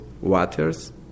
waters